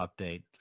update